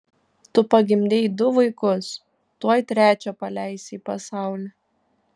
tu pagimdei du vaikus tuoj trečią paleisi į pasaulį